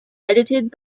edited